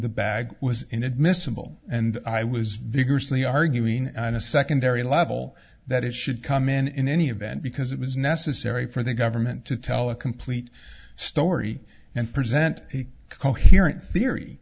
the bag was inadmissible and i was vigorously arguing on a secondary level that it should come in in any event because it was necessary for the government to tell a complete story and present a coherent theory